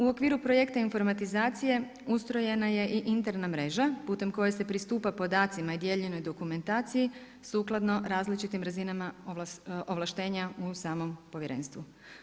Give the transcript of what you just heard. U okviru projekta informatizacije ustrojena je i interna mreža putem koje se pristupa podacima i dijeljenoj dokumentaciji sukladno različitim razinama ovlaštenja u samom Povjerenstvu.